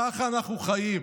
כך אנחנו חיים.